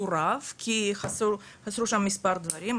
סורב כי חסרו שם מספר דברים.